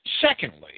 Secondly